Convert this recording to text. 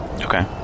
Okay